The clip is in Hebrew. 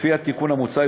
לפי התיקון המוצע,